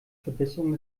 verbesserung